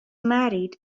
married